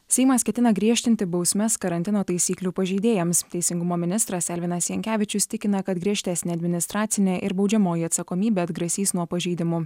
seimas ketina griežtinti bausmes karantino taisyklių pažeidėjams teisingumo ministras elvinas jankevičius tikina kad griežtesnė administracinė ir baudžiamoji atsakomybė atgrasys nuo pažeidimų